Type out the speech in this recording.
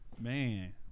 Man